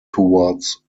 towards